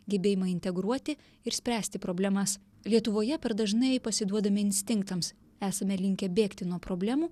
gebėjimą integruoti ir spręsti problemas lietuvoje per dažnai pasiduodame instinktams esame linkę bėgti nuo problemų